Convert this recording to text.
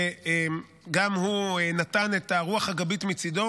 שגם הוא נתן רוח גבית מצידו.